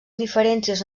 diferències